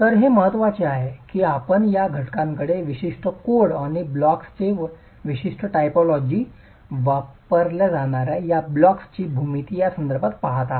तर हे महत्वाचे आहे की आपण या घटकांकडे विशिष्ट कोड आणि ब्लॉक्सचे विशिष्ट टायपोलॉजी वापरल्या जाणाह्र्या या ब्लॉक्सची भूमिती या संदर्भात पहात आहात